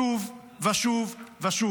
שוב ושוב.